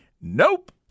nope